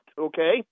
okay